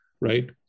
right